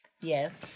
Yes